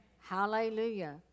Hallelujah